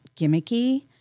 gimmicky